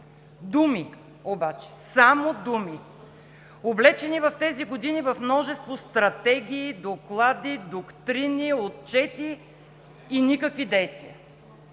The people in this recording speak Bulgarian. Думи обаче, само думи, облечени в тези години в множество стратегии, доклади, доктрини, отчети и никакви действия.